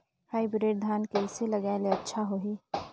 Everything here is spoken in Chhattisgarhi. हाईब्रिड धान कइसे लगाय ले अच्छा होही?